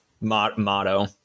motto